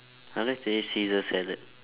I like to eat caesar salad